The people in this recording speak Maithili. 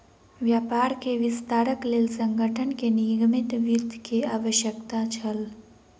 व्यापार के विस्तारक लेल संगठन के निगमित वित्त के आवश्यकता छल